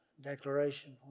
declaration